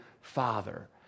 father